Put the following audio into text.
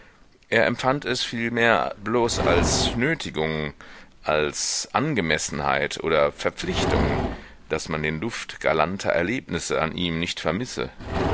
er empfand es vielmehr bloß als nötigung als angemessenheit oder verpflichtung daß man den duft galanter erlebnisse an ihm nicht vermisse